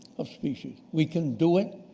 of species. we can do it,